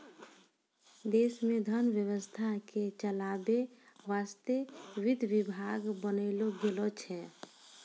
देश मे धन व्यवस्था के चलावै वासतै वित्त विभाग बनैलो गेलो छै